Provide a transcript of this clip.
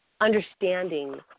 understanding